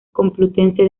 complutense